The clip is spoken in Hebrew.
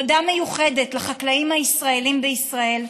תודה מיוחדת לחקלאים הישראלים בישראל,